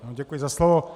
Děkuji za slovo.